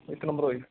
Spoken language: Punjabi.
ਇੱਕ ਨੰਬਰ ਹੋਏ